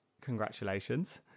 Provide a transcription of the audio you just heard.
Congratulations